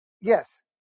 yes